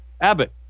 Abbott